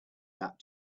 that